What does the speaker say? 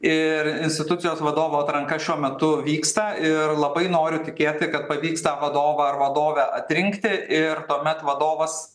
ir institucijos vadovo atranka šiuo metu vyksta ir labai noriu tikėti kad pavyks tą vadovą ar vadovę atrinkti ir tuomet vadovas